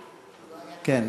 כן.